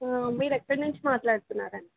మీరు ఎక్కడి నుంచి మాట్లాడుతున్నారండి